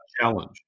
challenge